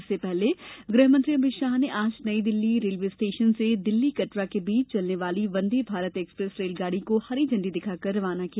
इससे पहले गृहमंत्री अमित शाह ने आज नई दिल्ली रेलवे स्टेशन से दिल्ली कटरा के बीच चलने वाली वंदे भारत एक्सप्रेस रेलगाड़ी को हरी झंड़ी दिखा कर रवाना किया